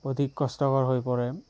অধিক কষ্টকৰ হৈ পৰে